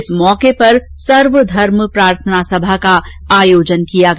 इस अवसर पर सर्वधर्म प्रार्थना सभा का आयोजन किया गया